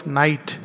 night